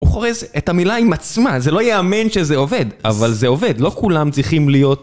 הוא חורז את המילה עם עצמה, זה לא יאמן שזה עובד. אבל זה עובד, לא כולם צריכים להיות...